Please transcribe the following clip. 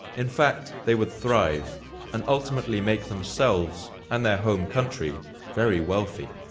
in fact, they would thrive and ultimately make themselves and their home country very wealthy.